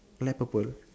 light purple